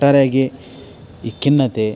ಒಟ್ಟಾರೆಯಾಗಿ ಈ ಖಿನ್ನತೆ